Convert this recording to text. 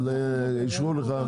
אבל אישרו לך.